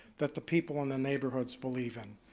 that the people in the neighborhoods believe in.